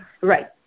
Right